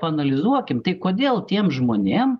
paanalizuokim tai kodėl tiem žmonėm